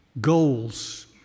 goals